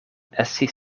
estis